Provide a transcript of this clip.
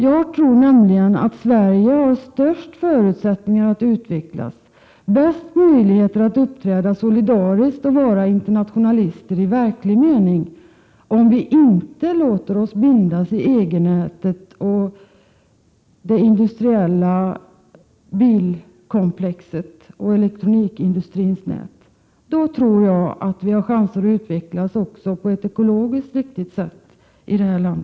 Jag tror att vi i Sverige har de största förutsättningarna att utvecklas samt de bästa möjligheterna att uppträda solidariskt och vara internationalister i verklig mening, om vi inte låter oss bindas i EG-nätet, det industriella bilkomplexets nät och elektronikindustrins nät. Därigenom har vi också chansen att utvecklas på ett ekologiskt riktigt sätt i detta land.